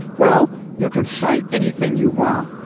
well, you can cite anything you want,